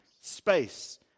space